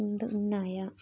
ఉన్నాయా